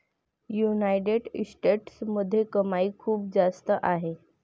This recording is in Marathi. युनायटेड स्टेट्समध्ये कमाई खूप जास्त आहे